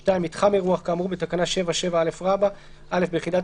(2) מתחם אירוח לפי תקנה 7(7א) - (א) ביחידת